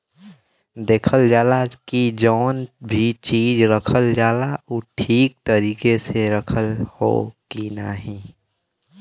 देखल जाला की जौन भी चीज रखल जाला उ ठीक तरीके से रखल हौ की नाही